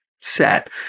set